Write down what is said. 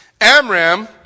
Amram